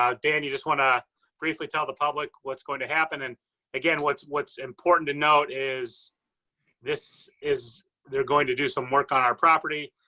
dan, you just want to briefly tell the public what's going to happen. and again, what's what's important to note is this is they're going to do some work on our property.